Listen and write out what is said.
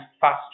faster